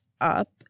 up